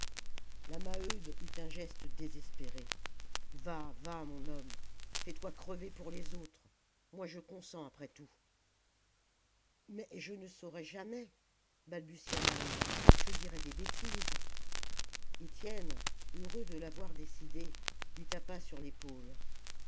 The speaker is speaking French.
la maheude eut un geste désespéré va va mon homme fais-toi crever pour les autres moi je consens après tout mais je ne saurai jamais balbutia maheu je dirai des bêtises étienne heureux de l'avoir décidé lui tapa sur l'épaule